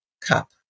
cup